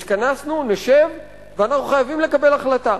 התכנסנו, נשב, ואנחנו חייבים לקבל החלטה.